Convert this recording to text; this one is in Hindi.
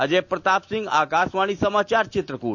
अजय प्रताप सिंह आकाशवाणी समाचार चित्रकूट